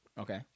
Okay